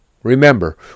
Remember